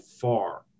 far